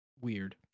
weird